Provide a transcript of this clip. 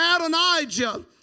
Adonijah